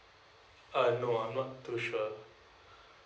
uh no I'm not too sure